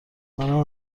منم